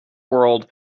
world